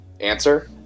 Answer